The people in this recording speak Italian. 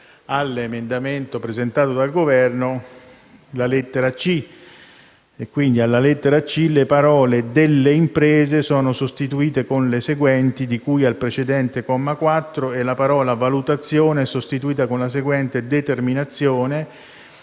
all'emendamento presentato dal Governo, la lettera *c)*. Alla lettera *c)*, le parole: «delle imprese» sono sostituite dalle seguenti: «di cui al precedente comma 4», la parola: «valutazione» è sostituita con la seguente: «determinazione»